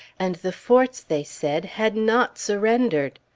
and the forts, they said, had not surrendered.